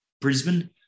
Brisbane